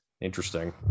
interesting